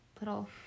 little